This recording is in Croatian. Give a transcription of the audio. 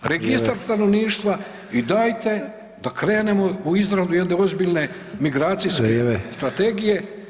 Registar stanovništva i dajte da krenemo u izradu jedne ozbiljne migracijske strategije.